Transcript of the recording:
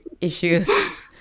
issues